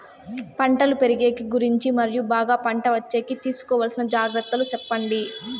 పంటలు పెరిగేకి గురించి మరియు బాగా పంట వచ్చేకి తీసుకోవాల్సిన జాగ్రత్త లు సెప్పండి?